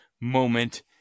moment